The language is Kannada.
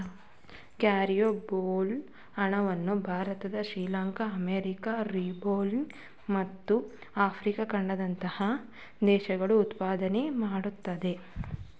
ಕ್ಯಾರಂ ಬೋಲ್ ಹಣ್ಣನ್ನು ಭಾರತ ಶ್ರೀಲಂಕಾ ಅಮೆರಿಕ ಕೆರೆಬಿಯನ್ ಮತ್ತು ಆಫ್ರಿಕಾದಂತಹ ದೇಶಗಳು ಉತ್ಪಾದನೆ ಮಾಡುತ್ತಿದೆ